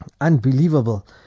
unbelievable